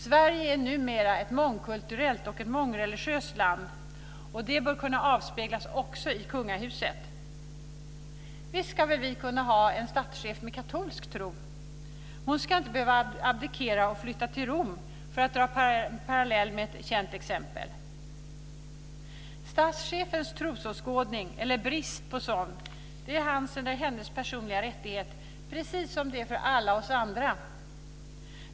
Sverige är numera ett mångkulturellt och mångreligiöst land, och det bör kunna avspeglas också i kungahuset. Visst ska vi väl kunna ha en statschef med katolsk tro. Hon ska inte behöva abdikera och flytta till Rom, för att dra en parallell med ett känt exempel. Statschefens trosåskådning eller brist på sådan är hans eller hennes personliga rättighet, precis som det är för alla oss andra.